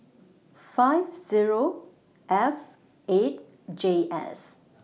five Zero F eight J S